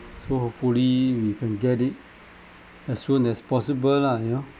so hopefully we can get it as soon as possible lah you know